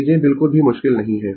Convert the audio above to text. चीजें बिल्कुल भी मुश्किल नहीं है